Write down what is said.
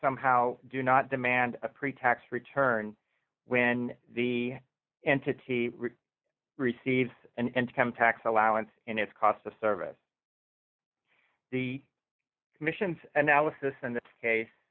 somehow do not demand a pretax return when the entity receives and come tax allowance and its cost of service the commission's analysis in this case